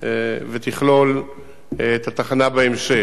ותכלול את התחנה בהמשך.